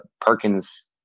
Perkins